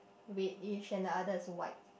reddish and the other is white